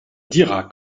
diras